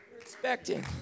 expecting